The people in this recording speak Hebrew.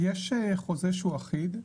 יש חוזה שהוא אחיד,